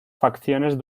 facciones